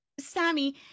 Sammy